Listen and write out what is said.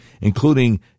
including